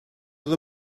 oedd